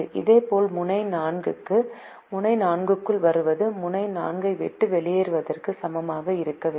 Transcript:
இதேபோல் முனை 4 க்கு முனை 4 க்குள் வருவது முனை 4 ஐ விட்டு வெளியேறுவதற்கு சமமாக இருக்க வேண்டும்